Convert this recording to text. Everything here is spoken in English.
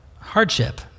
hardship